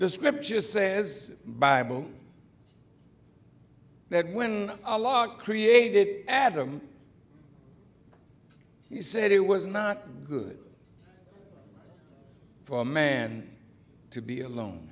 the scripture says bible that when a law created adam he said it was not good for man to be alone